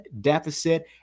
deficit